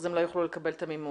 אז הם לא יוכלו לקבל את המימון,